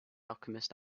alchemist